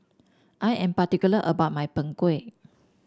I am particular about my Png Kueh